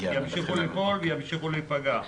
ימשיכו ליפול וימשיכו להיפגע.